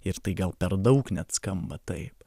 ir tai gal per daug net skamba taip